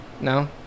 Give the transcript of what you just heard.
No